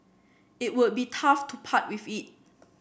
it would be tough to part with it